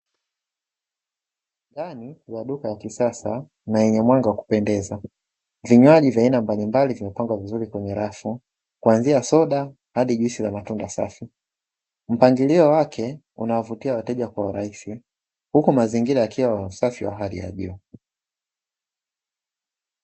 Ndani ya duka la kisasa na lenye mwanga wa kupendeza, vinywaji vya aina mbalimbali vimepangwa vizuri kwenye rafu, kuanzia soda hadi juisi za matunda safi, mpangilio wake unawavutia wateja kwa urahisi, huku mazingira yakiwa ya usafi wa hali ya juu.